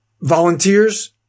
volunteers